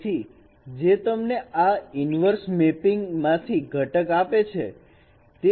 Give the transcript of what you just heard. તેથી જે તમને આ ઇનવર્ષ મેપિંગ માથી ઘટક આપશે